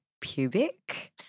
pubic